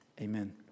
Amen